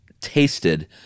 tasted